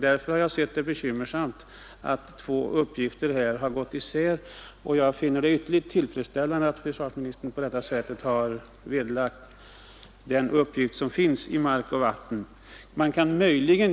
Därför har jag sett det som ett bekymmer att två uppgifter har gått isär, och jag finner det synnerligen tillfredsställande att försvarsministern på detta sätt har vederlagt den uppgift som finns i betänkandet Hushållning med mark och vatten.